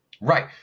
Right